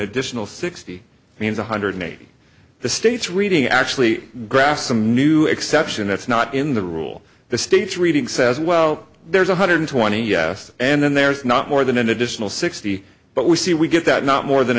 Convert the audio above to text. additional sixty means one hundred eighty the states reading actually grass some new exception that's not in the rule the states reading says well there's one hundred twenty yes and then there's not more than an additional sixty but we see we get that not more than